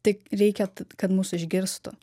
tik reikia ka kad mus išgirstų